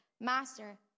Master